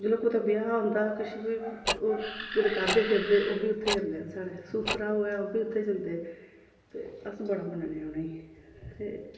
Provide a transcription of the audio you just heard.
जिसलै कुते ब्याह् होंदा किश बी ओह् रकादे फिरदे ओह् बी उत्थै जंदे न साढ़ै सूत्तरा आवै ओह् उत्थै जंदे ते अस बड़ा मनन्ने आं उ'नेंगी ते